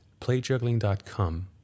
PlayJuggling.com